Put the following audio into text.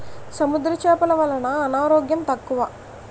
సముద్ర చేపలు వలన అనారోగ్యం తక్కువ